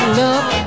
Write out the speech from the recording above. love